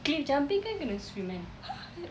cliff jumping kan kena swim kan